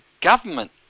government